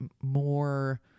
more